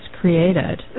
created